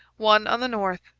one on the north,